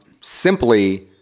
simply